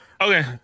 okay